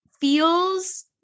feels